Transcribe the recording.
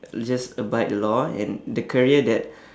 just abide the law and the career that